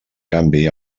canvi